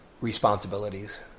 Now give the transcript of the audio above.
responsibilities